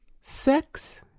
sex